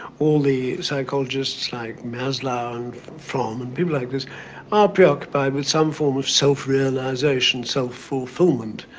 all the psychologists like maslow and fromm and people like this are preoccupied with some form of self-realization, self-fulfillment.